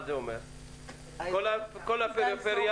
כל הפריפריה.